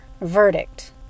Verdict